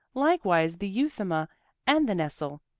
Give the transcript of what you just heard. likewise the euthuma and the nestle.